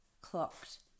clocked